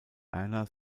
erna